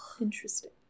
interesting